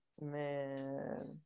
Man